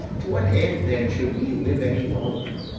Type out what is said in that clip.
to what end then should we live any longer?